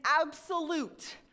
absolute